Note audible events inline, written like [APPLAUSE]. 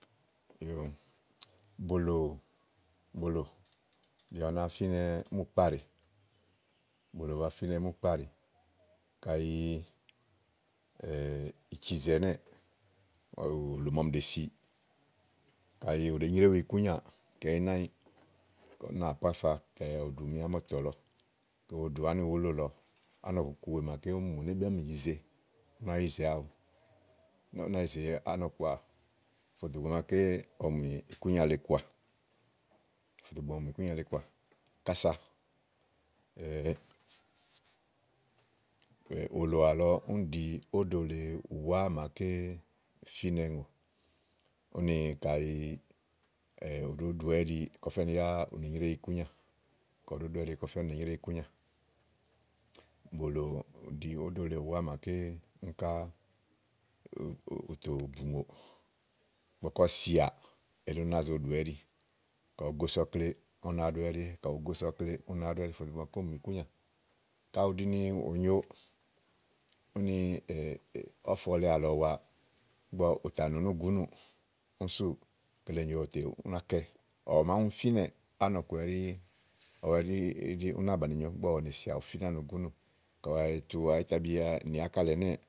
[HESITATION] Bòlò, bòlò, bìà ba fínɛ múù kpáɖèe. Bòlò ba fínɛ múù kpáɖeè. kàɖi í cizèe ɛnɛ́ɛ̀, òlò màa ɔmi ɖèe siì, kàɖi ù ɖe nyréwu ikúnyà, kàyi ìí nɛ ányi, ù nà pó afafa wa ɖùmi ámàtɛ̀ lɔ, ò wo ɖù amùwùlò lɔ. Á mɔ̀ku wèe màa úni mù ni éyi nàáa mì ze. Ú nàá yi zèe awu, ù nàá yì ze ánɔ̀ku awu fò dò ìgbè màaké ɔwɛ mù ikúnya le kɔá kása. [HESITATION] òlò àlɔ úni ɖìi óɖò lèe úwà màaké fínɛ ùŋò. Úni kàɖi ù ɖòo ɖowɛ ɛ́ɖi fò dò ìgbè màaké úni mù ikúnyà. Kayi ù ɖi ni ùnyo úni ɔ̀fɔ le àlɔ wa, kele nyòo ígbɔ ù tà nù núùgúnù ètè ú náá kɛ. Ɔwɛ nàa ɖèe sià, ɔwɛ ú náa za bàni nyo ígbɔ ú na mù ánùgúnu sú. Ígbɔ ɔwɛ née sià, ù finɛ ánùgùnù. Kàyi à tu àyitabi nì ákà lèe ɛnɛ́ɛ